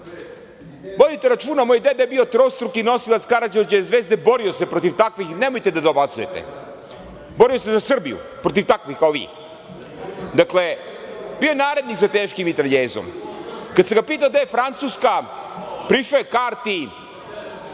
vodite računa moj deda je bio trostruki nosilac Karađorđeve zvezde, borio se protiv takvih, nemojte da dobacujete, borio se za Srbiju protiv takvih kao vi. Dakle, bio je narednik za teškim mitraljezom. Kada sam ga pitao gde je Francuska, prišao je karti